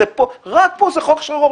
רק פה זה חופש גמור,